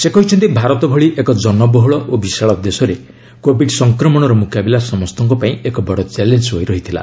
ସେ କହିଛନ୍ତି ଭାରତ ଭଳି ଏକ ଜନବହୁଳ ଓ ବିଶାଳ ଦେଶରେ କୋଭିଡ ସଂକ୍ରମଣର ମୁକାବିଲା ସମସ୍ତଙ୍କ ପାଇଁ ଏକ ବଡ ଚ୍ୟାଲେଞ୍ଜ୍ ହୋଇ ରହିଥିଲା